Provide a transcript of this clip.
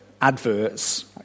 adverts